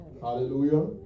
Hallelujah